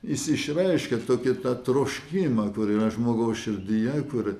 jis išreiškia tokį tą troškimą kur yra žmogaus širdyje kur